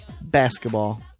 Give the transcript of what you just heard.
basketball